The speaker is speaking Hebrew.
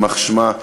יימח שמה,